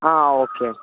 ആ ഓക്കെ